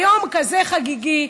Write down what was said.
ביום כזה חגיגי,